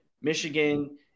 Michigan